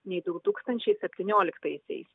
nei du tūkstančiai septynioliktaisiais